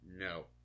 No